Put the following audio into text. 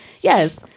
Yes